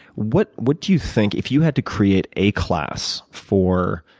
what what do you think, if you had to create a class for